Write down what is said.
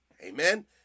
Amen